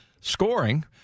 scoring